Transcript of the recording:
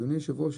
אדוני היושב ראש,